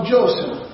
Joseph